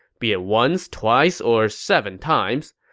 be it once, twice, or seven times.